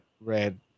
red